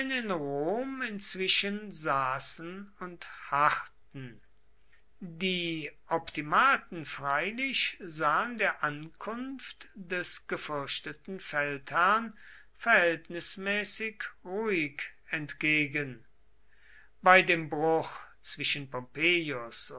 inzwischen saßen und harrten die optimaten freilich sahen der ankunft des gefürchteten feldherrn verhältnismäßig ruhig entgegen bei dem bruch zwischen